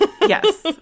Yes